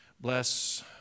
Bless